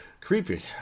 creepy